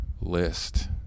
list